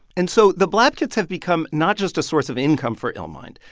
and so the blap kits have become not just a source of income for illmind.